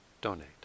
donate